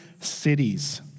cities